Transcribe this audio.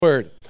word